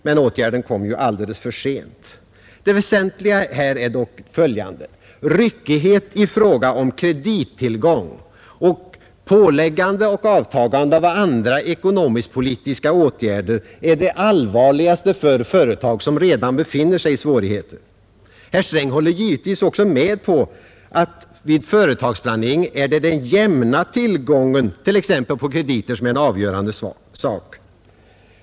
Men åtgärden kom alldeles för sent. Det väsentliga här är dock följande. Ryckighet i fråga om kredittillgång och påläggande och borttagande av andra ekonomisk-politiska åtgärder är det allvarligaste problemet för företag som redan befinner sig i svårigheter. Herr Sträng håller givetvis med om att det vid företagsplanering är t.ex. den jämna tillgången på krediter, som är det avgörande.